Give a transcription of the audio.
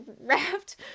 wrapped